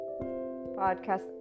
podcast